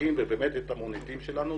ההישגים ובאמת את המוניטין שלנו,